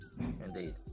indeed